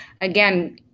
again